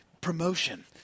Promotion